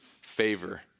Favor